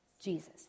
Jesus